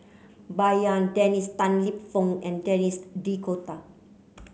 Bai Yan Dennis Tan Lip Fong and Denis D'Cotta